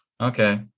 Okay